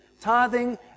tithing